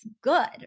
good